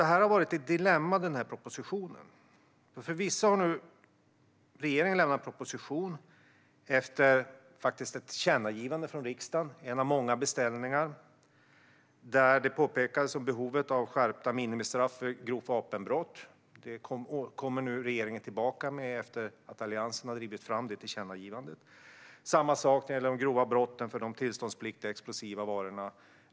Den här propositionen har varit ett dilemma. Förvisso har nu regeringen lämnat en proposition efter ett tillkännagivande från riksdagen, en av många beställningar, där behovet av skärpta minimistraff vid grovt vapenbrott påpekades. Detta kommer nu regeringen tillbaka med efter att Alliansen drivit fram tillkännagivandet. Det är samma sak med de grova brotten gällande tillståndspliktiga explosiva varor.